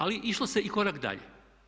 Ali išlo se i korak dalje.